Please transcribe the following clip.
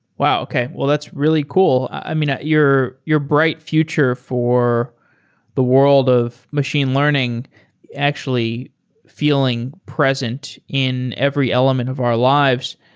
wow! okay. that's really cool. i mean, your your bright future for the world of machine learning actually feeling present in every element of our lives.